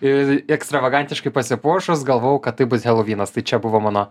ir ekstravagantiškai pasipuošus galvojau kad tai bus helovynas tai čia buvo mano